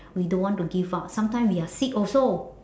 we don't want to give up sometimes we are sick also